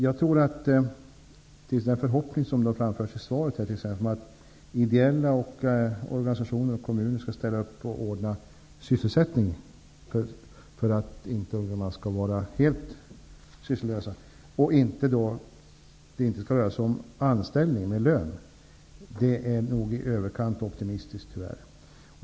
Jag tror att den förhoppning som har framförts i svaret om att ideella organisationer och kommuner skall ställa upp och ordna sysselsättning för att ungdomarna inte skall vara helt sysslolösa, och att det inte skall röra sig om anställning med lön, nog tyvärr är i överkant optimistisk.